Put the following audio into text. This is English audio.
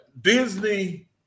Disney